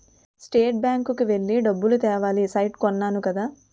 state bank కి వెళ్లి డబ్బులు తేవాలి సైట్ కొన్నాను కదా